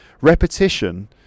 Repetition